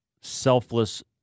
selfless